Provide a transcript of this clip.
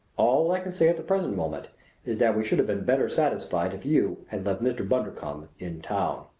all i can say at the present moment is that we should have been better satisfied if you had left mr. bundercombe in town.